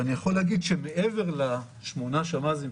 אני יכול להגיד שמעבר לשמונה שמ"זים,